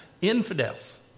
Infidels